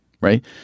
right